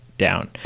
down